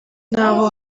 n’aho